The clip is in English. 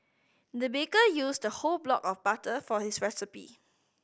the baker used the whole block of butter for his recipe